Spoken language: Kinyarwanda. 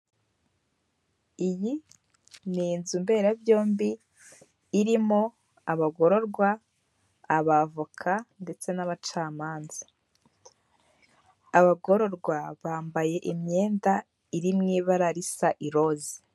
Iyi ni inzu mberabyombi irimo: abagororwa, abavoka ndetse n'abacamanza. Abagororwa bambaye imyenda iri mu ibara risa iroze.